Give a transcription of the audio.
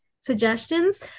suggestions